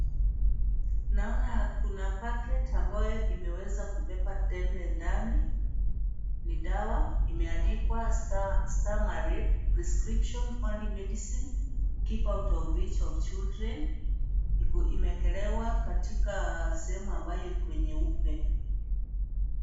Naona kuna packet ambayo imeweza kubeba tembe ndani. Ni dawa imeandikwa starmalil description only medicine keep out of reach of children imewekelewa katika sehemu ambayo iko nyeupe.